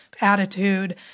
attitude